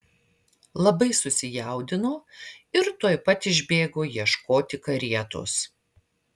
labai susijaudino ir tuoj pat išbėgo ieškoti karietos